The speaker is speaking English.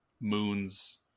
moons